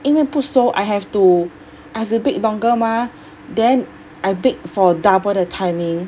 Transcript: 因为不熟 I have to I have to bake longer mah then I bake for double the timing